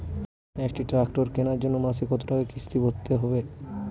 একটি ট্র্যাক্টর কেনার জন্য মাসে কত টাকা কিস্তি ভরতে হবে?